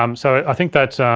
um so i think that's,